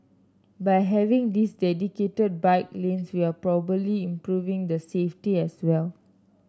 by having these dedicated bike lanes we're probably improving the safety as well